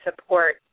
support